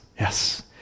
Yes